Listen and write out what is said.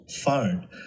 phone